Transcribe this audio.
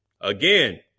Again